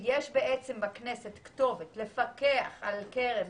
גם מבחינת כתובת שתפקח על הקרן,